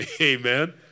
Amen